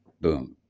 boom